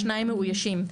שניים מאוישים.